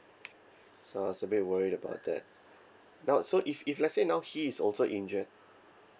so I was a bit worried about that now so if if let's say now he is also injured